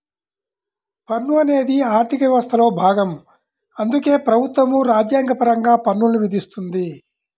పన్ను అనేది ఆర్థిక వ్యవస్థలో భాగం అందుకే ప్రభుత్వం రాజ్యాంగపరంగా పన్నుల్ని విధిస్తుంది